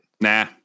Nah